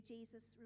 Jesus